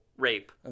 rape